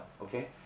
okay